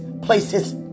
places